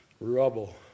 Rubble